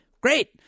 Great